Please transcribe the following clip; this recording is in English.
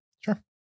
Sure